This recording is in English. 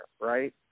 right